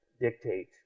dictate